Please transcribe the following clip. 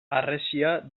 harresia